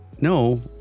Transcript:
no